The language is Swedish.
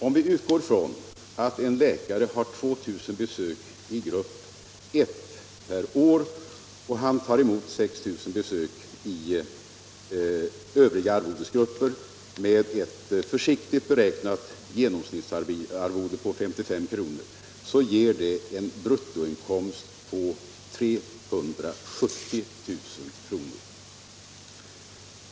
Om vi utgår från att en läkare har 2 000 besök i grupp 1 per år och tar emot 6 000 besök i övriga arvodesgrupper mot ett försiktigt beräknat genomsnittsarvode på 55 kr. ger det en bruttoinkomst på 370 000 kr.